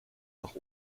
nach